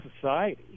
society